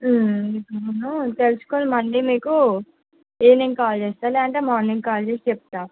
నేను తెలిసుకుని మళ్ళీ మీకు ఈవినింగ్ కాల్ చేస్తాను లేదంటే మార్నింగ్ కాల్ చేసి చెప్తాను